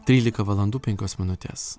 trylika valandų penkios minutės